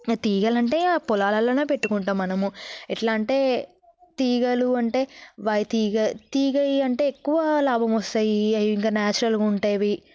తీగలంటే ఆ పొలాల్లోనే పెట్టుకుంటాము మనము ఎలా అంటే తీగలు అంటే వైర్ తీగ తీగలు అంటే ఎక్కువ లాభం వస్తాయి ఇంకా నాచురల్గా ఉంటాయి